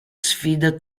sfida